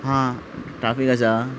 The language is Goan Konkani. हां ट्राफीक आसा